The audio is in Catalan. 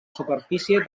superfície